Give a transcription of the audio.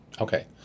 Okay